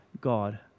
God